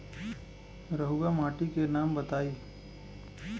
रहुआ माटी के नाम बताई?